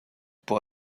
pour